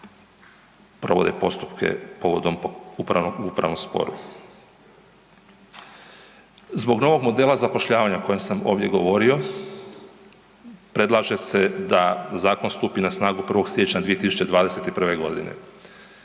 provode postupke povodom upravnog, u upravnom sporu. Zbog novog modela zapošljavanja o kojem sam ovdje govorio predlaže se da zakon stupi na snagu 1. siječnja 2021.g.